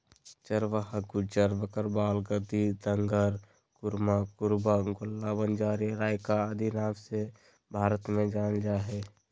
चरवाहा गुज्जर, बकरवाल, गद्दी, धंगर, कुरुमा, कुरुबा, गोल्ला, बंजारे, राइका आदि नाम से भारत में जानल जा हइ